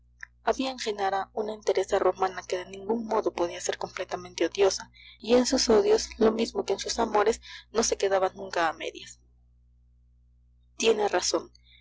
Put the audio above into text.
en genara una entereza romana que de ningún modo podía ser completamente odiosa y en sus odios lo mismo que en sus amores no se quedaba nunca a medias tiene razón